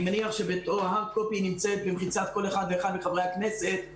אני מניח שלכל אחד מחברי הכנסת יש עותק.